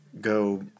go